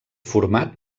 format